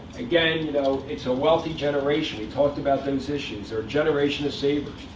again, you know it's a wealthy generation. we talked about those issues. they're a generation of savers